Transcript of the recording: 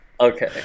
Okay